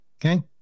Okay